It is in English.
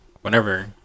whenever